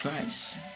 Christ